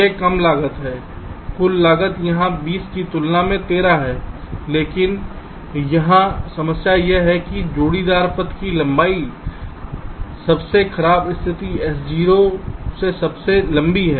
यह कम लागत है कुल लागत यहां 20 की तुलना में 13 है लेकिन यहां समस्या यह है कि जोड़ीदार पथ की लंबाई सबसे खराब स्थिति S0 से सबसे लंबी है